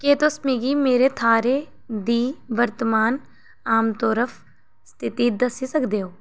केह् तुस मिगी मेरे थाह्रै दी वर्तमान आमदोरफ्त स्थिति दस्सी सकदे ओ